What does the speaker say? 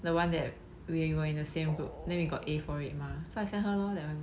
the one that we were in the same group then we got A for it mah so I sent her lor that one